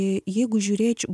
jeigu žiūrėčiau